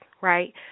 right